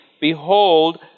Behold